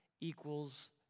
equals